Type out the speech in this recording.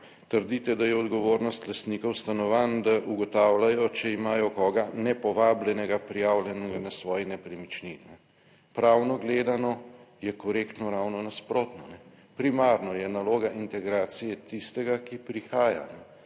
trdite, da je odgovornost lastnikov stanovanj, da ugotavljajo, če imajo koga nepovabljenega prijavljenega na svoji nepremičnini. Pravno gledano je korektno ravno nasprotno, primarno je naloga integracije tistega, ki prihaja,